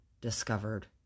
discovered